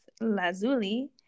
lazuli